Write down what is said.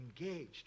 engaged